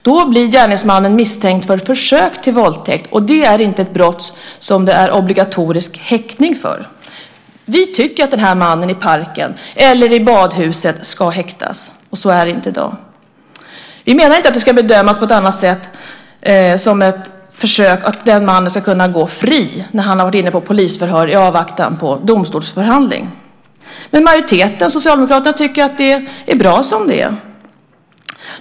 Då blir gärningsmannen misstänkt för ett försök till våldtäkt, och det är inte ett brott som det är obligatorisk häktning för. Vi tycker att den här mannen i parken eller i badhuset ska häktas. Så är det inte i dag. Vi menar inte att det ska bedömas på ett annat sätt när det är ett försök, att den mannen ska kunna gå fri när han har varit inne på polisförhör i avvaktan på domstolsförhandling. Men majoriteten, Socialdemokraterna, tycker att det är bra som det är.